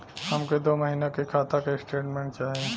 हमके दो महीना के खाता के स्टेटमेंट चाही?